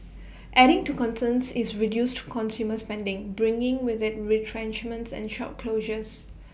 adding to concerns is reduced consumer spending bringing with IT retrenchments and shop closures